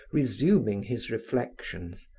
resuming his reflections,